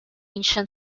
ancient